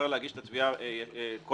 להגיש את התביעה --- לא,